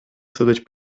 сидить